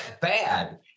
bad